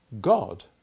God